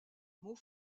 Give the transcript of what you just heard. mot